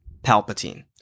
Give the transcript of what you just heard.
Palpatine